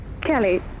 Kelly